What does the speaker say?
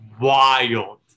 wild